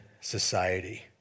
society